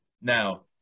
Now